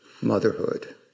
motherhood